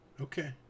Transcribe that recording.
Okay